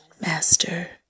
Master